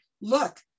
look